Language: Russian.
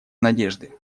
надежды